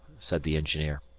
said the engineer.